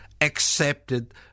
accepted